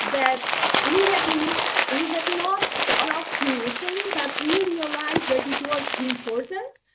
that we had initiative. we had not thought of initially, but we realized that it was important.